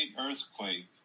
earthquake